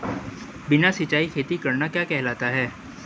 बिना सिंचाई खेती करना क्या कहलाता है?